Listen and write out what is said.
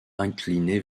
incliné